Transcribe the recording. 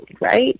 right